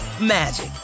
magic